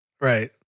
Right